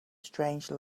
strange